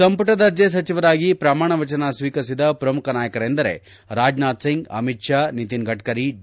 ಸಂಪುಟ ದರ್ಜೆ ಸಚಿವರಾಗಿ ಪ್ರಮಾಣವಚನ ಸ್ವೀಕರಿಸಿದ ಪ್ರಮುಖ ನಾಯಕರೆಂದರೆ ರಾಜನಾಥ್ ಸಿಂಗ್ ಅಮಿತ್ ಶಾ ನಿತಿನ್ ಗಡ್ಡರಿ ಡಿ